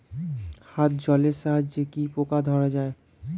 হাত জলের সাহায্যে কি পোকা ধরা যায়?